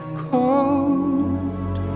cold